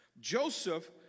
Joseph